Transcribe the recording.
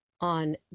on